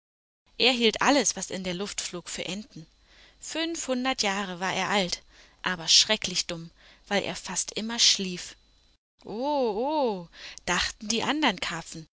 er hielt alles was in der luft flog für enten fünfhundert jahre war er alt aber schrecklich dumm weil er fast immer schlief oh oh dachten die andern karpfen